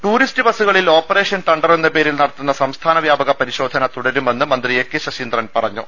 tourist ബസുകളിൽ operation thunder എന്ന പേരിൽ നടത്തുന്ന സംസ്ഥാന വ്യാപക പ്രിശോധന തുടരുമെന്ന് മന്ത്രി എ കെ ശശീന്ദ്രൻ പറഞ്ഞു